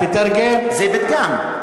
זה פתגם.